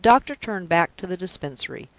the doctor turned back to the dispensary,